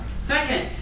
Second